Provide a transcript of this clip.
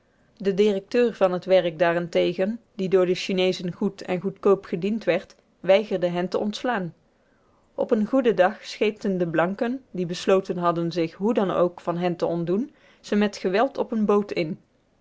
de directeur van het werk daarentegen die door de chineezen goed en goedkoop gediend werd weigerde hen te ontslaan op een goeden dag scheepten de blanken die besloten hadden zich hoe dan ook van hen te ontdoen ze met geweld op een boot in